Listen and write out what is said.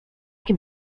can